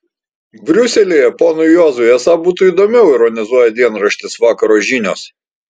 briuselyje ponui juozui esą būtų įdomiau ironizuoja dienraštis vakaro žinios